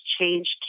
changed